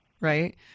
right